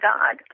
God